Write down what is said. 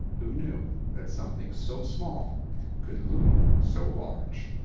who knew that something so small could loom so large?